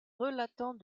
relatant